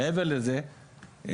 מעבר לזה,